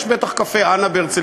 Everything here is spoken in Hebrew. יש בטח קפה אנה בהרצלייה,